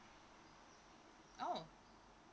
oh